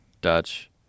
Dutch